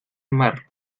mar